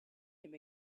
him